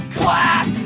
class